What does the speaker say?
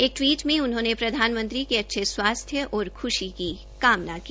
एक टिवीट में उन्होंने प्रधानमंत्री के अच्छे स्वास्थ्य और खुशी की कामना की